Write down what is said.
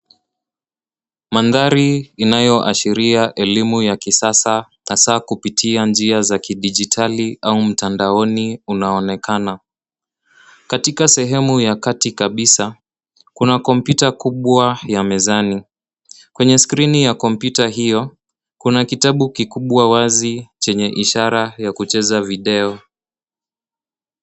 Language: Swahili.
Mandhari inayoashiria elimu ya kisasa hasaa kupitia njia za kidijitali au mtandaoni unaonekana. Katika sehemu ya kati kabisa, kuna kompyuta kubwa ya mezani. Kwenye skrini ya kompyuta hiyo, kuna kitabu kikubwa wazi chenye ishara ya kucheza video.